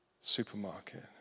supermarket